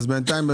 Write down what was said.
אז בינתיים,